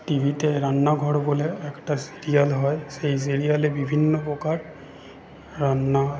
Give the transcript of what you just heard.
টিভিতে রান্নাঘর বলে একটা সিরিয়াল হয় সেই সিরিয়ালে বিভিন্ন প্রকার রান্না